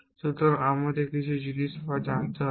সুতরাং আমাদের কিছু জিনিস আবার জানতে হবে